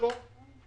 הן חלקות